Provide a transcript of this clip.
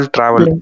Travel